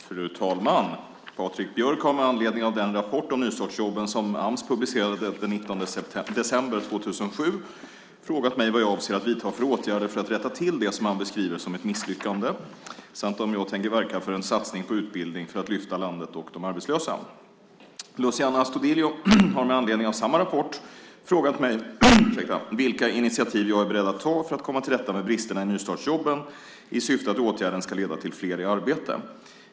Fru talman! Patrik Björck har, med anledning av den rapport om nystartsjobben som Ams publicerade den 19 december 2007, frågat mig vad jag avser att vidta för åtgärder för att rätta till det som han beskriver som ett misslyckande samt om jag tänker verka för en satsning på utbildning för att lyfta landet och de arbetslösa. Luciano Astudillo har med anledning av samma rapport frågat mig vilka initiativ jag är beredd att ta för att komma till rätta med bristerna i nystartsjobben i syfte att åtgärden ska leda till fler i arbete.